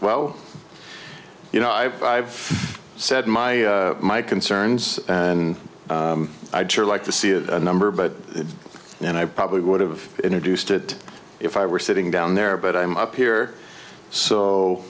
well you know i've i've said my my concerns and i'd sure like to see the number but then i probably would have introduced it if i were sitting down there but i'm up here so